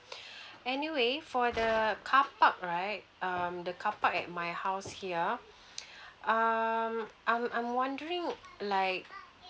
anyway for the carpark right um the carpark at my house here um I'm I'm wondering like